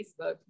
facebook